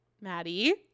Maddie